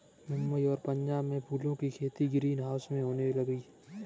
मुंबई और पंजाब में फूलों की खेती ग्रीन हाउस में होने लगी है